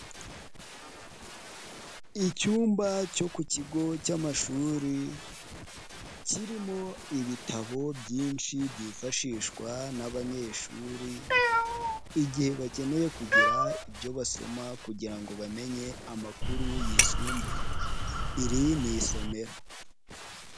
Icyumba cyo ku kigo cy'amashuri kirimo ibitabo byinshi byifashishwa n'abanyeshuri igihe bakeneye kugira ibyo basoma kugira ngo bamenye amakuru yisumbuye, iri ni isomero.